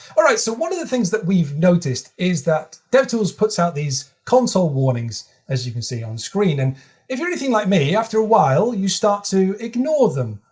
all right. so one of the things that we've noticed is that devtools puts out these console warnings, as you can see on screen. and if you're anything like me, after a while you start to ignore them.